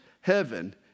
heaven